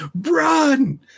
run